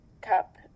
cup